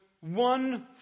one